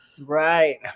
Right